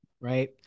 Right